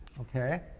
Okay